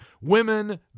women